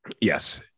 Yes